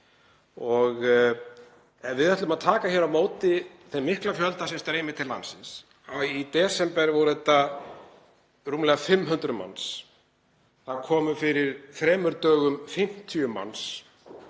Ef við ætlum að taka á móti þeim mikla fjölda sem streymir til landsins — í desember voru þetta rúmlega 500 manns, fyrir þremur dögum komu 50 manns